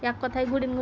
এক কথায়